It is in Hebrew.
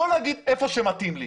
לא להגיד היכן שמתאים לי.